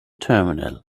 terminal